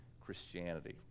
Christianity